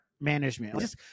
management